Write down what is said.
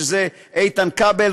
שזה איתן כבל,